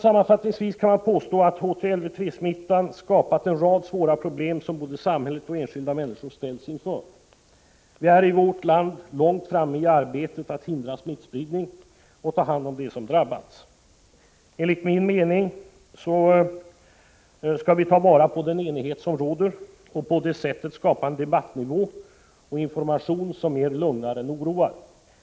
Sammanfattningsvis kan man påstå att HTLV-III-smittan skapat en rad svåra problem, som både samhället och enskilda människor ställts inför. Vi är i vårt land långt framme i arbetet att hindra smittspridning och ta hand om dem som drabbats. Enligt min mening skall vi ta vara på den enighet som råder och på det sättet skapa en debattnivå och information som mer lugnar än oroar.